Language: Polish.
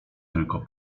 tylko